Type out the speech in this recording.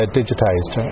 digitized